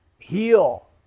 heal